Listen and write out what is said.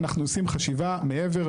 אנחנו עושים חשיבה מעבר,